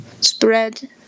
spread